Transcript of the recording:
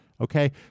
Okay